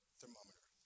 thermometer